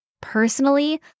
Personally